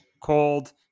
Cold